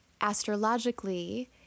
astrologically